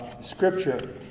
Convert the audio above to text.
scripture